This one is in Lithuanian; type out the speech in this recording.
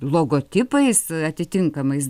logotipais atitinkamais